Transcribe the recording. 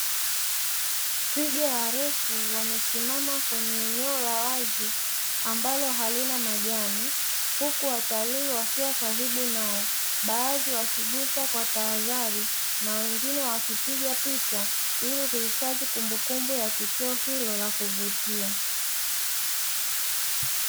Twiga warefu wamesimama kwenye eneo la wazi ambalo halina majani, huku watalii wakiwa karibu nao, baadhi wakigusa kwa tahadhari na wengine wakipiga picha ili kuhifadhi kumbukumbu ya tukio hilo la kuvutia.